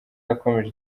yakomeje